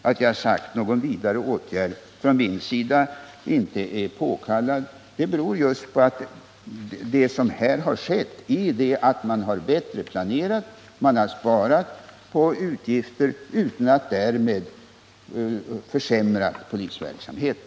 Att jag sagt att någon vidare åtgärd från min sida inte är påkallad beror just på att man planerat bättre och inbesparat utgifter utan att därmed försämra polisverksamheten.